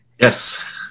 Yes